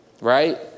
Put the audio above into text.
right